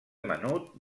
menut